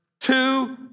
two